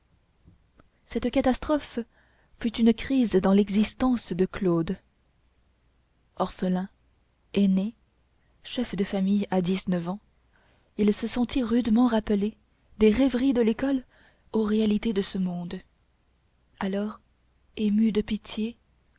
cette catastrophe fut une crise dans l'existence de claude orphelin aîné chef de famille à dix-neuf ans il se sentit rudement rappelé des rêveries de l'école aux réalités de ce monde alors ému de pitié